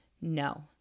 no